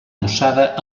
adossada